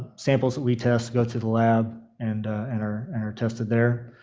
samples that we test go to the lab and and are and are tested there.